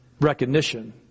recognition